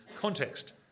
context